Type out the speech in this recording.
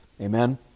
Amen